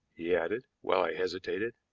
he added while i hesitated.